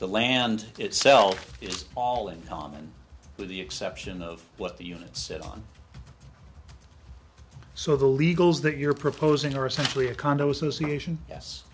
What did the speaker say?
the land itself is all in common with the exception of what the unit said on so the illegals that you're proposing are essentially a condo association yes